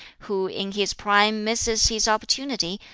who in his prime misses his opportunity,